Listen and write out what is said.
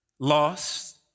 lost